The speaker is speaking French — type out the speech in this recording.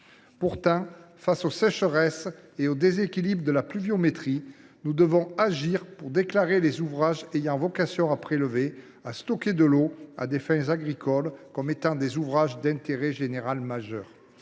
Pourtant, face aux sécheresses et aux déséquilibres de la pluviométrie, nous devons agir pour déclarer les ouvrages ayant vocation à prélever et stocker de l’eau à des fins agricoles comme étant d’intérêt général majeur.